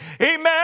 Amen